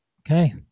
Okay